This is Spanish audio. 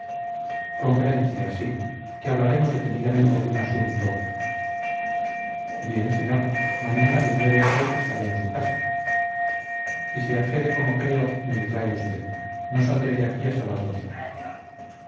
conferencia sí que hablaremos detenidamente de un asunto bien señor mañana de nueve a diez estaré en su casa y si accede como creo me le trae usted no saldré de aquí hasta las doce